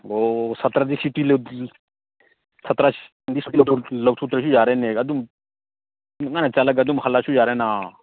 ꯑꯣ ꯁꯥꯇ꯭ꯔꯗꯤ ꯁꯨꯇꯤ ꯁꯥꯇ꯭ꯔ ꯁꯨꯇꯤ ꯂꯧꯊꯣꯛꯇ꯭ꯔꯁꯨ ꯌꯥꯔꯦꯅꯦ ꯑꯗꯨꯝ ꯅꯨꯡꯉꯥꯏꯅ ꯆꯠꯂꯒ ꯑꯗꯨꯝ ꯍꯜꯂꯛꯑꯁꯨ ꯌꯥꯔꯦꯅꯥ